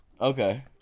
Okay